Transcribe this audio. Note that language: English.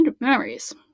memories